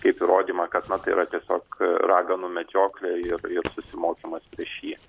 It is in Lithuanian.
kaip įrodymą kad na tai yra tiesiog raganų medžioklė ir ir susimokymas prieš jį